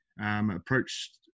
approached